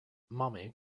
mommy